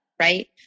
Right